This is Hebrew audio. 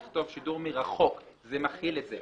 נכתוב "שידור מרחוק" זה מכיל את זה.